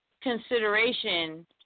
consideration